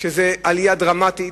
שזו עלייה דרמטית,